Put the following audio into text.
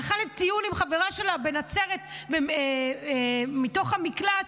הלכה לטיול עם חברה שלה בנצרת מתוך המקלט,